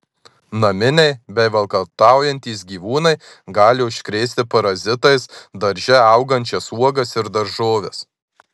naminiai bei valkataujantys gyvūnai gali užkrėsti parazitais darže augančias uogas ir daržoves